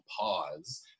pause